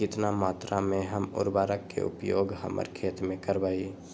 कितना मात्रा में हम उर्वरक के उपयोग हमर खेत में करबई?